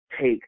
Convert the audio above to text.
take